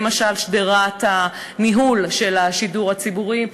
למשל שדרת הניהול של השידור הציבורי.